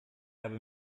habe